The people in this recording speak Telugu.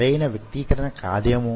సరియైన వ్యక్తీకరణ కాదేమో